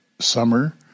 summer